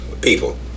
People